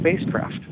spacecraft